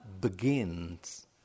begins